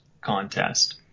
contest